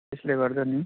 त्यसले गर्दा नि